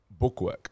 bookwork